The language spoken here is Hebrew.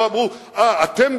לא אמרו: אתם,